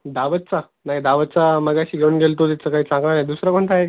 दावतचा नाही दावतचा मघाशी घेऊन गेलो होतो तितका काय चांगला नाही दुसरा कोणता आहे का